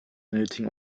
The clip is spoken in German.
benötigen